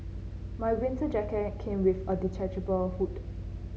my winter jacket came with a detachable hood